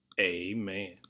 Amen